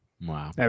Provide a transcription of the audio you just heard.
Wow